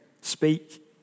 speak